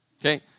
Okay